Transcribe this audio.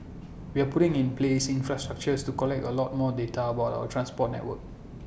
we're putting in place infrastructure to collect A lot more data about our transport network